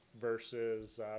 versus –